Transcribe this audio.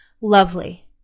lovely